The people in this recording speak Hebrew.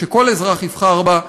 שכל אזרח יבחר בה,